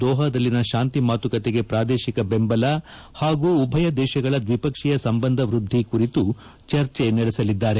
ದೋಹದಲ್ಲಿನ ಶಾಂತಿ ಮಾತುಕತೆಗೆ ಪ್ರಾದೇಶಿಕ ಬೆಂಬಲ ಹಾಗೂ ಉಭಯ ದೇಶಗಳ ದ್ವಿಪಕ್ಷೀಯ ಸಂಬಂಧ ವ್ವದ್ದಿ ಕುರಿತು ಚರ್ಚೆ ನಡೆಸಲಿದ್ದಾರೆ